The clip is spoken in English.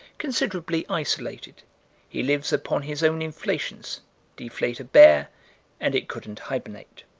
considerably isolated he lives upon his own inflations deflate a bear and it couldn't hibernate.